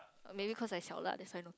maybe cause I that's why no